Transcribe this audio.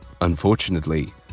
Unfortunately